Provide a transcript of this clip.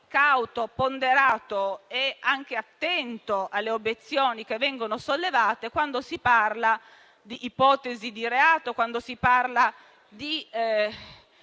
cauto, ponderato e anche attento alle obiezioni che vengono sollevate quando si parla di ipotesi di reato e di norme di